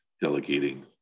delegating